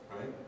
right